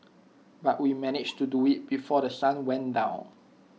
but we managed to do IT before The Sun went down